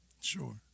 Sure